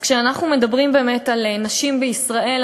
אז כשאנחנו מדברים באמת על נשים בישראל,